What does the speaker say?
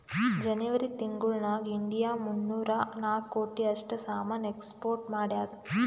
ಜನೆವರಿ ತಿಂಗುಳ್ ನಾಗ್ ಇಂಡಿಯಾ ಮೂನ್ನೂರಾ ನಾಕ್ ಕೋಟಿ ಅಷ್ಟ್ ಸಾಮಾನ್ ಎಕ್ಸ್ಪೋರ್ಟ್ ಮಾಡ್ಯಾದ್